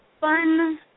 fun